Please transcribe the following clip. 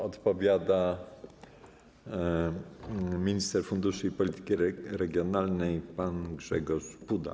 Odpowiada minister funduszy i polityki regionalnej pan Grzegorz Puda.